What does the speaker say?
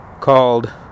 called